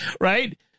Right